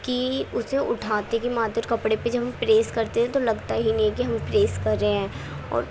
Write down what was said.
کہ اسے اٹھاتے کے ماتر کپڑے پہ ہم پریس کرتے ہیں تو لگتا ہی نہیں ہے کہ ہم پریس کر رہے ہیں اور